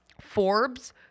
Forbes